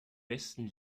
westen